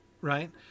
Right